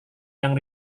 yang